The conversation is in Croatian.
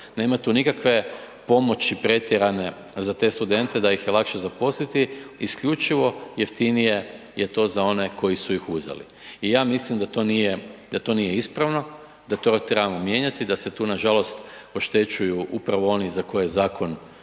Nema tu nikakve pomoći pretjerane za te studente da ih je lakše zaposliti, isključivo jeftinije je to za one koji su ih uzeli. I ja mislim da to nije, da to nije ispravno, da to trebamo mijenjati da se tu nažalost oštećuju upravo oni za koje je zakon